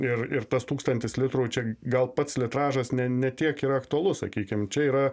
ir ir tas tūkstantis litrų čia gal pats litražas ne ne tiek ir aktualu sakykim čia yra